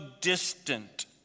distant